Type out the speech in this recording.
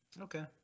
Okay